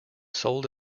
sold